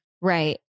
Right